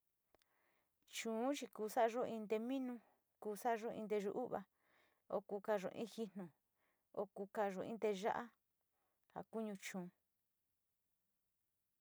Chuu ku sa´ayo in tee minu, kusa´ayo in nteyuu u’vua, o ku kaayo in jitnu o ku kaayo in teeya´a in kuñu chuu.